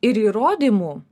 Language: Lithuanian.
ir įrodymų